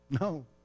No